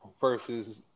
versus